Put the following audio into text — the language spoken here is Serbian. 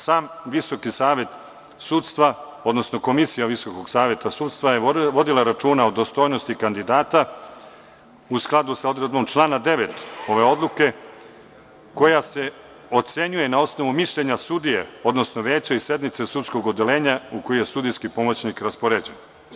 Sam VSS, odnosno Komisija VSS je vodila računa o dostojnosti kandidata u skladu sa odredbom člana 9. ove odluke koja se ocenjuje na osnovu mišljenja sudije, odnosno veća i sednice sudskog odeljenja u kojoj je sudijski pomoćnik raspoređen.